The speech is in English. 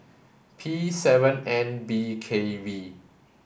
P seven N B K V